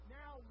now